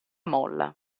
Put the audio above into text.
molla